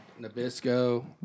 Nabisco